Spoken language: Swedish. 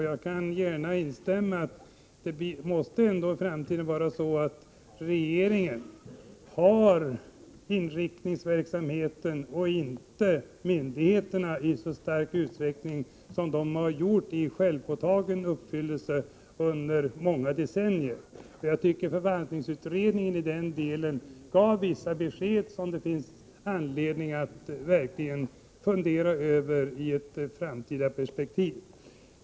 Jag kan gärna instämma i att det i framtiden måste vara så, att regeringen styr inriktningen — och inte myndigheterna i så stor utsträckning som de har gjort i en självpåtagen roll under många decennier. Förvaltningsutredningen gav i det avseendet vissa besked, som jag tycker att det finns anledning att verkligen fundera över i ett framtidsperspektiv.